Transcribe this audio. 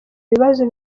bibazo